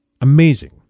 Amazing